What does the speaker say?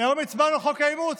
היום הצבענו על חוק האימוץ.